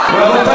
למה לא?